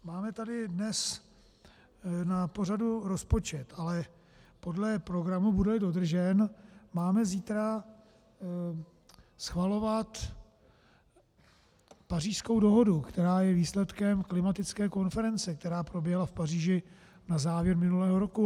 Máme tady dnes na pořadu rozpočet, ale podle programu budeli dodržen máme zítra schvalovat Pařížskou dohodu, která je výsledkem klimatické konference, která proběhla v Paříži na závěr minulého roku.